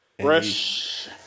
Fresh